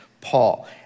Paul